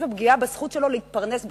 יש פגיעה בזכות שלו להתפרנס בכבוד.